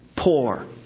poor